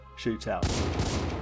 shootout